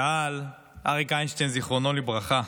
שאל אריק איינשטיין, זיכרונו לברכה,